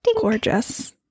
gorgeous